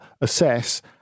assess